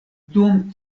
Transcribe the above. dum